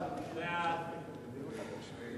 כהצעת